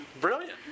brilliant